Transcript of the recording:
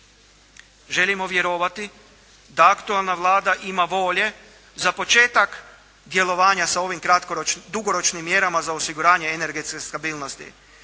Želimo vjerovati da aktualna Vlada ima volje za početak djelovanja sa ovim kratkoročnim, dugoročnim mjerama za osiguranje energetske stabilnosti